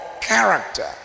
character